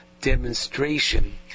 demonstration